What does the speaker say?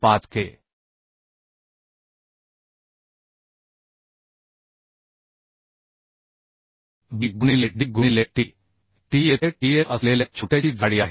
5K B गुणिले D गुणिले T T ही येथे TF असलेल्या छोट्याची जाडी आहे